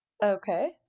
Okay